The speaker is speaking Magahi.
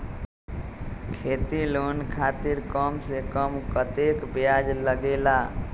खेती लोन खातीर कम से कम कतेक ब्याज लगेला?